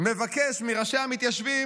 מבקש מראשי המתיישבים